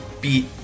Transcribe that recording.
beat